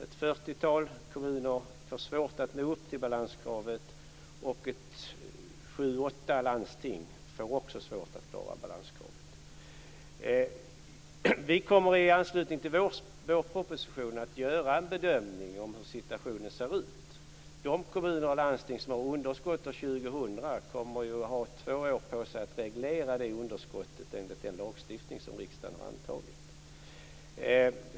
Ett fyrtiotal kommuner får svårt att nå upp till balanskravet, och sju åtta landsting får också svårt att klara balanskravet. Vi kommer i anslutning till vårpropositionen att göra en bedömning av hur situationen ser ut. De kommuner och landsting som har underskott år 2000 kommer ju att ha två år på sig att reglera det underskottet enligt den lagstiftning som riksdagen har antagit.